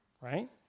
right